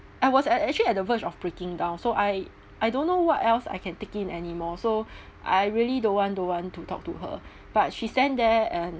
I was at actually at the verge of breaking down so I I don't know what else I can't take in anymore so I really don't want don't want to talk to her but she stand there and